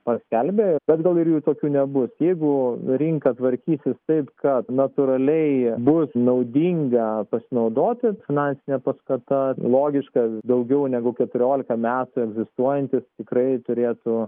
paskelbę bet gal ir jų tokių nebus jeigu rinka tvarkysis taip kad natūraliai bus naudinga pasinaudoti finansine paskata logiška daugiau negu keturiolika metų egzistuojantis tikrai turėtų